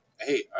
Hey